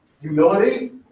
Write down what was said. humility